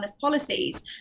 policies